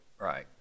Right